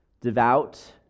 devout